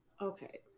Okay